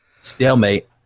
stalemate